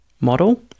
model